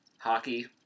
Hockey